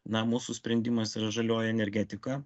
na mūsų sprendimas yra žalioji energetika